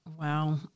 Wow